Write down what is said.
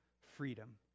freedom